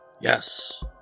Yes